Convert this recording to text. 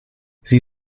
sie